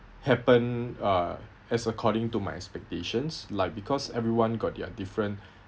happen uh as according to my expectations like because everyone got their different